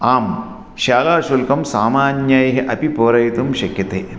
आं शालाशुल्कं सामान्यैः अपि पूरयितुं शक्यते